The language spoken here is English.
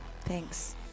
thanks